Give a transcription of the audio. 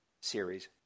series